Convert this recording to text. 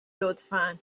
لطفا